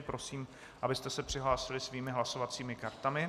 Prosím, abyste se přihlásili svými hlasovacími kartami.